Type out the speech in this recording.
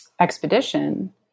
expedition